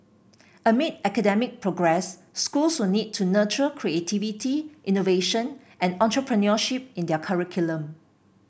amid academic progress schools will need to nurture creativity innovation and entrepreneurship in their curriculum